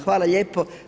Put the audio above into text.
Hvala lijepo.